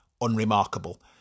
unremarkable